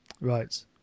Right